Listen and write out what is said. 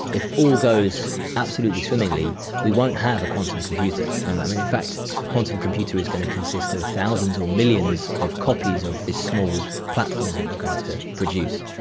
if all goes absolutely swimmingly we won't have a quantum computer. and in fact a quantum computer is going to consist of thousands or millions of copies of this small platform that we are going to produce.